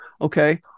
Okay